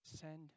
send